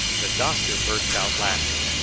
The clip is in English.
the doctor burst out laughing,